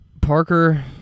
Parker